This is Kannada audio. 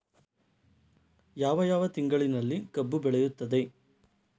ಯಾವ ಯಾವ ತಿಂಗಳಿನಲ್ಲಿ ಕಬ್ಬು ಬೆಳೆಯುತ್ತದೆ?